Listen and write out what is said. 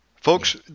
Folks